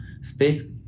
space